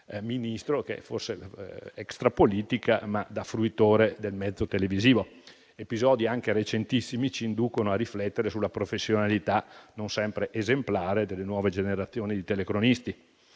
Ministro, forse extra politica ma da fruitore del mezzo televisivo: episodi anche recentissimi ci inducono a riflettere sulla professionalità, non sempre esemplare, delle nuove generazioni di telecronisti.